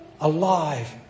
alive